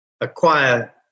acquire